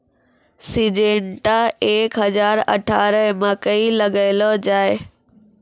Syngenta एक हजार अठारह मकई लगैलो जाय?